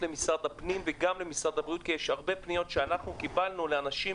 למשרדי הפנים והבריאות כי יש הרבה פניות שקיבלנו של אנשים